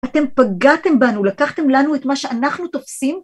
אתם פגעתם בנו, לקחתם לנו את מה שאנחנו תופסים?